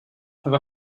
have